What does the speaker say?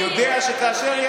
חוק אחר.